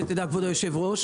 הישיבה ננעלה בשעה 14:00.